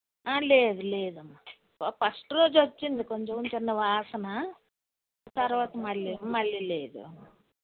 లేదు లేదమ్మా వ ఫస్ట్ రోజు వచ్చింది కొంచెం చిన్న వాసన తర్వాత మళ్ళీ మళ్ళీ లేదు